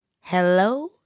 Hello